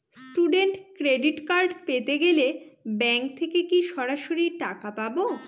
Student credit card পেতে গেলে bank থেকে কি সরাসরি টাকা পাবো?